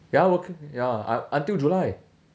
ya working ya u~ until july